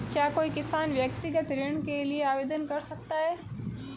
क्या कोई किसान व्यक्तिगत ऋण के लिए आवेदन कर सकता है?